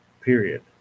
Period